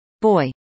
Boy